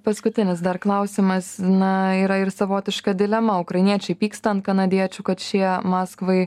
paskutinis dar klausimas na yra ir savotiška dilema ukrainiečiai pyksta ant kanadiečių kad šie maskvai